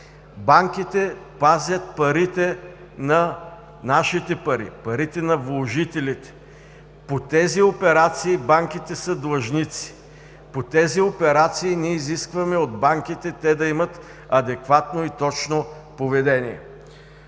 Банките пазят нашите пари, парите на вложителите. По тези операции банките са длъжници. По тези операции ние изискваме от банките те да имат адекватно и точно поведение.